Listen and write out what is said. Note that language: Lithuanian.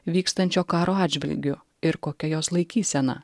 vykstančio karo atžvilgiu ir kokia jos laikysena